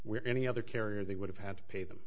where any other carrier they would have had to pay them